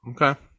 okay